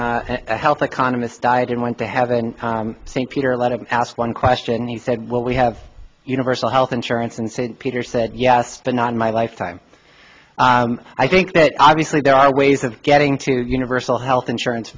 when health economists died and went to heaven saint peter let him ask one question he said what we have universal health insurance and st peter said yes but not in my lifetime i think that obviously there are ways of getting to universal health insurance